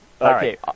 Okay